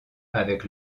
avec